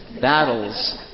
battles